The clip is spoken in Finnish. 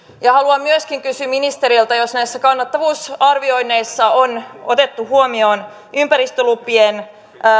haluan myöskin kysyä ministeriltä onko näissä kannattavuusarvioinneissa otettu huomioon ympäristölupien